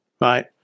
right